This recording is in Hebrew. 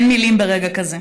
אין מילים ברגע כזה.